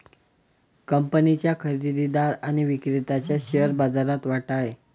कंपनीच्या खरेदीदार आणि विक्रेत्याचा शेअर बाजारात वाटा आहे